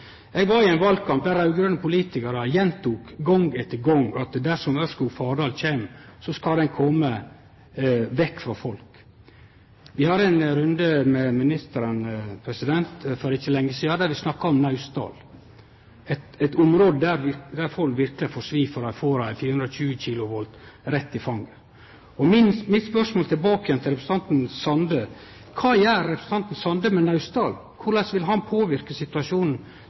Eg var i ein valkamp der raud-grøne politikarar gjentok gong etter gong at dersom Ørskog–Fardal-linja kjem, skal ho kome vekk frå folk. Vi hadde ein runde med ministeren for ikkje lenge sidan der vi snakka om Naustdal, eit område der folk verkeleg får svi, for dei får ei 420 kV kraftlinje rett i fanget. Mitt spørsmål tilbake til representanten Sande er: Kva gjer representanten Sande med Naustdal? Korleis vil han påverke situasjonen